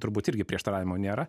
turbūt irgi prieštaravimo nėra